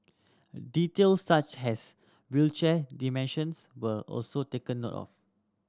details such has wheelchair dimensions were also taken note of